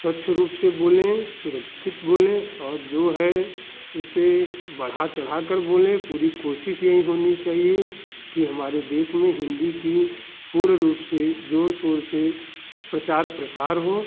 स्वच्छ रूप से बोले सुरक्षित बोले और जो है उसे बढ़ा चढ़ा कर बोले पूरी कोशिश यही होनी चाहिए कि हमारे देश में हिन्दी की पूर्ण रूप से जोर सोर से प्रचार प्रसार हो